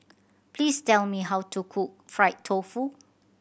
please tell me how to cook fried tofu